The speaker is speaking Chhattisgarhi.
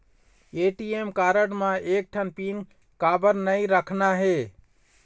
ए.टी.एम कारड म एक ठन पिन काबर नई रखना हे?